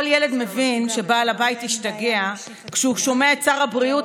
כל ילד מבין שבעל הבית השתגע כשהוא שומע את שר הבריאות